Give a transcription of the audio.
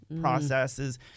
processes